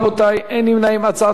לבעלי-חיים),